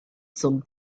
some